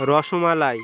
rasmalai